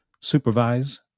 supervise